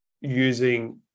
using